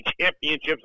championships